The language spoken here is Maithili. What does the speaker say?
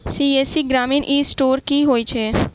सी.एस.सी ग्रामीण ई स्टोर की होइ छै?